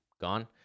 gone